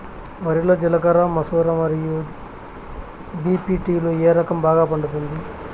వరి లో జిలకర మసూర మరియు బీ.పీ.టీ లు ఏ రకం బాగా పండుతుంది